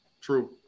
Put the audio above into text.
True